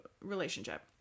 relationship